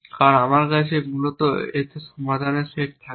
কারণ আমার কাছে মূলত এতে সমাধানের সেট থাকবে